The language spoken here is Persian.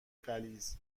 غلیظ